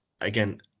again